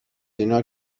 اینا